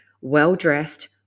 well-dressed